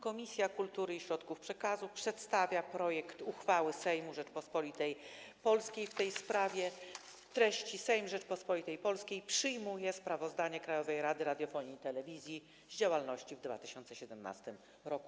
Komisja Kultury i Środków Przekazu przedstawia projekt uchwały Sejmu Rzeczypospolitej Polskiej w tej sprawie o treści: Sejm Rzeczypospolitej Polskiej przyjmuje sprawozdanie Krajowej Rady Radiofonii i Telewizji z działalności w 2017 r.